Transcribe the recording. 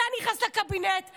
אתה נכנס לקבינט,